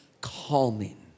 calming